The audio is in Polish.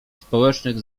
społecznych